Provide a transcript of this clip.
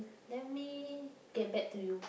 let me get back to you